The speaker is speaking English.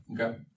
Okay